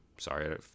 sorry